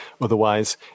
otherwise